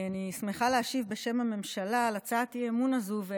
אני שמחה להשיב בשם הממשלה על הצעת האי-אמון הזאת.